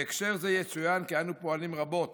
בהקשר זה יצוין כי אנו פועלים רבות